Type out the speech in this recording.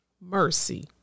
mercy